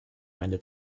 meine